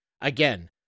again